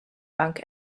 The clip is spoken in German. bank